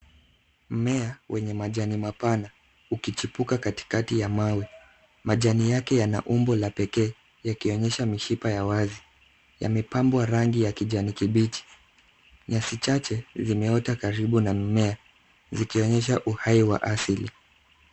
Mmea wenye majani mapana ukichipuka katikati ya mawe. Majani yake yana umbo la pekee yakionyesha mishipa ya wazi. Yamepambwa rangi ya kijani kibichi. Nyasi chache zimeota karibu na mmea zikionyesha uhai wa asili.